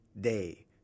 day